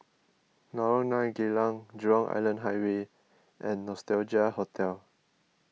Lorong nine Geylang Jurong Island Highway and Nostalgia Hotel